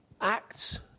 Acts